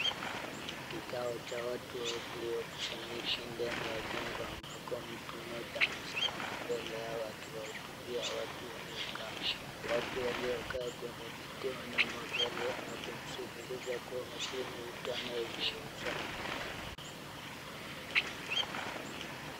Kikao cha watu waliokusanyika ndani ya jengo ambako mtu mmoja amesimama mbele yao akiwahutubia watu waliokaa. Watu waliokaa kwenye viti wanamwangalia na kusikiliza kwa umakini vitu anayezungumza.